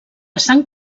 sang